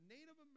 Native